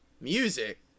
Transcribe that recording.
music